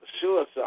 suicide